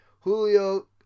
Julio